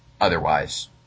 otherwise